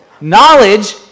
Knowledge